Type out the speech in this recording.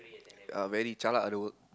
uh very jialat ah the work